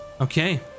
okay